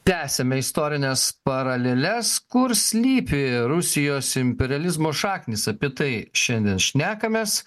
tęsiame istorines paraleles kur slypi rusijos imperializmo šaknys apie tai šiandien šnekamės